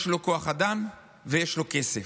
יש לו כוח אדם ויש לו כסף.